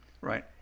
right